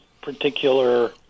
particular